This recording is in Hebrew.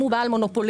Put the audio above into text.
אם הוא בעל מונופולין,